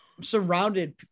surrounded